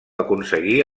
aconseguir